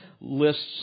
lists